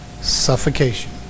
suffocation